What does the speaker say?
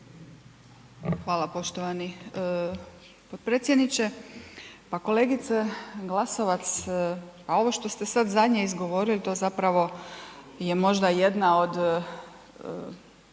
Hvala poštovani potpredsjedniče. Pa kolegice Glasovac, pa ovo što ste zadnje izgovorili to zapravo je možda jedna od,